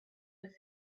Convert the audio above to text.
was